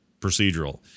procedural